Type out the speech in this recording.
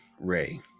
Ray